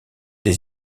des